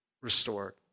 restored